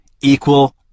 equal